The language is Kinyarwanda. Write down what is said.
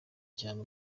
cyane